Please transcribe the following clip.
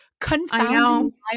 confounding